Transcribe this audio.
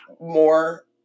more